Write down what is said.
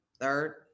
Third